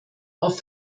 auf